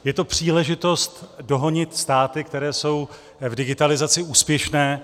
Je to příležitost dohonit státy, které jsou v digitalizaci úspěšné.